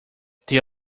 there